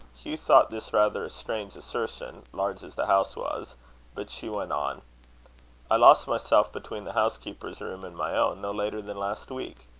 hugh thought this rather a strange assertion, large as the house was but she went on i lost myself between the housekeeper's room and my own, no later than last week.